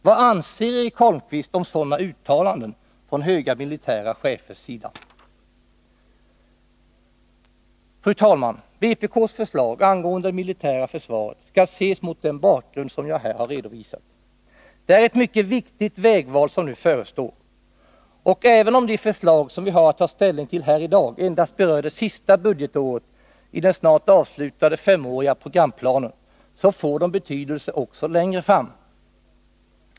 Vad anser Eric Holmqvist om sådana uttalanden från höga militära chefers sida? Fru talman! Vpk:s förslag angående det militära försvaret skall ses mot den bakgrund som jag här har redovisat. Det är ett mycket viktigt vägval som nu förestår. Och även om de förslag som vi har att ta ställning till här i dag endast berör det sista budgetåret i den snart avslutade femåriga programplanen, så får de betydelse också längre fram.